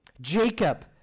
Jacob